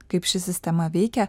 kaip ši sistema veikia